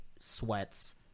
sweats